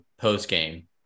post-game